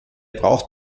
braucht